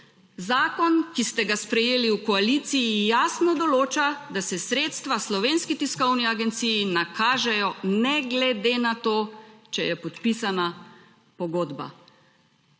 Zakon, ki ste ga sprejeli v koaliciji jasno določa, da se sredstva Slovenski tiskovni agenciji nakažejo ne glede na to, če je podpisana pogodba.